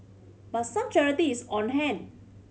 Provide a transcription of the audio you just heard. but some clarity is on hand